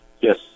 Yes